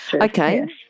Okay